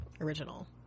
original